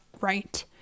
right